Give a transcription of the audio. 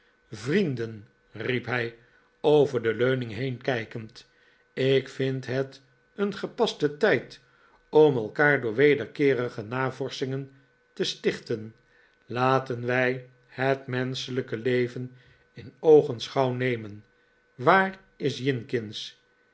vrienden riep hij over de leuning heenkijkend ik vind het een gepaste tijd om elkaar door wederkeerige navorschingen te stichten laten wij het menschelijke leven in oogenschouw nemen waar is